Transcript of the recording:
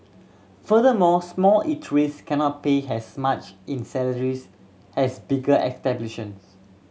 furthermore small eateries cannot pay as much in salaries as bigger exhibitions